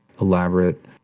elaborate